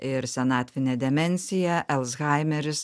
ir senatvinė demencija alzhaimeris